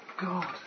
God